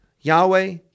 Yahweh